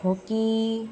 hokey